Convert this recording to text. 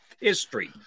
history